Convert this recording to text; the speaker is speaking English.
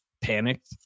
panicked